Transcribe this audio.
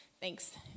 thanks